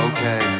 Okay